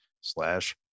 slash